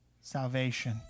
salvation